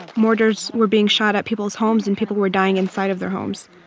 mortars were being shot at people's homes, and people were dying inside of their homes